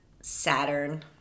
Saturn